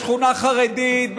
בשכונה חרדית,